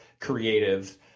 creative